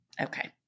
Okay